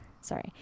sorry